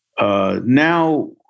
now